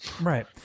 Right